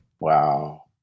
Wow